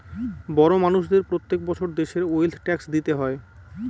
বড় মানষদের প্রত্যেক বছর দেশের ওয়েলথ ট্যাক্স দিতে হয়